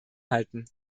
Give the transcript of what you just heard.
halten